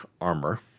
armor